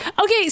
Okay